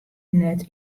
net